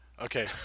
Okay